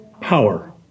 Power